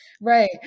Right